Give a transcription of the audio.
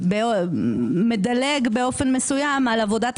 באותו מועד.